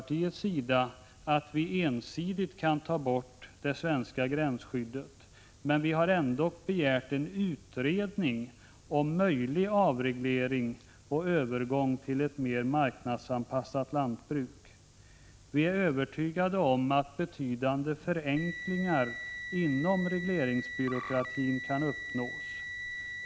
1985/86:160 att ta bort det svenska gränsskyddet, men vi har ändock begärt en utredning 3 juni 1986 om möjlig avreglering och övergång till ett mer marknadsanpassat lantbruk. Vi är övertygade om att betydande förenklingar inom regleringsbyråkratin Reglering GV priserng kan uppnås.